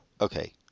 Okay